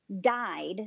died